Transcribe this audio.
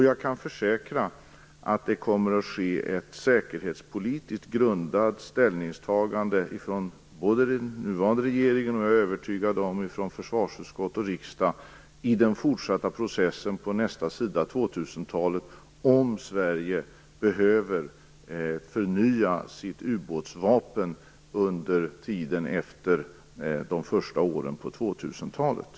Jag kan försäkra att både den nuvarande regeringen och försvarsutskott och riksdag - det är jag övertygad om - kommer att göra ett säkerhetspolitiskt grundat ställningstagande i den fortsatta processen på nästa sida av 2000-talet. Det kommer man att göra för att undersöka om Sverige behöver förnya sitt ubåtsvapen under tiden efter de första åren på nästa årtusende.